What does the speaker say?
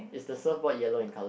is the surfboard yellow in colour